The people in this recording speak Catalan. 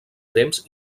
temps